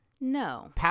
No